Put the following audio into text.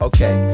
Okay